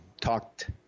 talked